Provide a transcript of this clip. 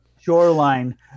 shoreline